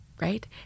right